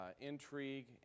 intrigue